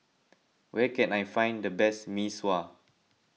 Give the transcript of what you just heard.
where can I find the best Mee Sua